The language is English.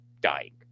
dying